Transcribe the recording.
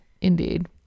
Indeed